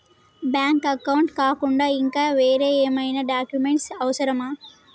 Bank account కాకుండా ఇంకా వేరే ఏమైనా డాక్యుమెంట్స్ అవసరమా?